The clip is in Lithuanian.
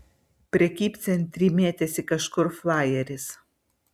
prekybcentry mėtėsi kažkur flajeris